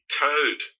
toad